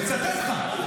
מצטט לך.